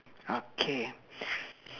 okay